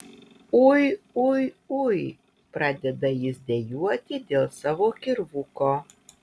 ui ui ui pradeda jis dejuoti dėl savo kirvuko